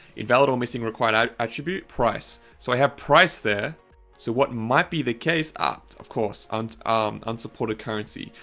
invalid or missing required attribute price. so i have price there so what might be the case, ah, of course and um unsupported currency.